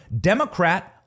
Democrat